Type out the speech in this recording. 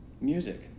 music